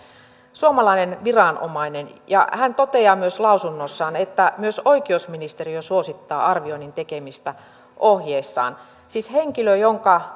suomalainen viranomainen ja hän toteaa myös lausunnossaan että myös oikeusministeriö suosittaa arvioinnin tekemistä ohjeissaan siis henkilö jonka